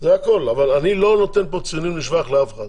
אבל אני לא נותן פה ציונים לשבח לאף אחד.